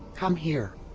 come here!